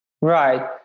Right